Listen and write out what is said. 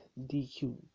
DQ